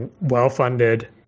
well-funded